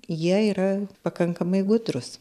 jie yra pakankamai gudrūs